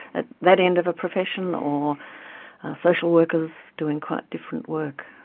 at that end of a profession, or social workers doing quite different work,